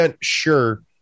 sure